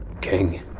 king